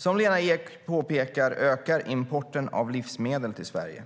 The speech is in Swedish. Som Lena Ek påpekar ökar importen av livsmedel till Sverige.